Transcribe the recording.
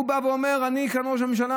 הוא בא ואומר: אני כאן ראש הממשלה.